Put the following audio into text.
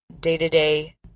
day-to-day